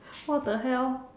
what the hell